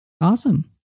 awesome